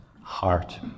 heart